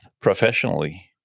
professionally